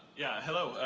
yeah, hello.